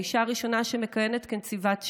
האישה הראשונה שמכהנת כנציבת שב"ס.